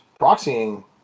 proxying